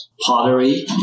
pottery